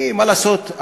כי מה לעשות,